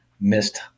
missed